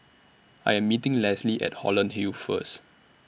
I Am meeting Leslie At Holland Hill First